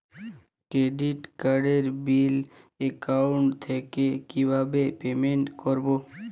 Credit কার্ডের bill account থেকে কিভাবে পেমেন্ট করবো?